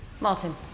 Martin